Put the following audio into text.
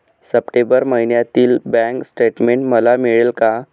September महिन्यातील bank statement मला मिळेल का?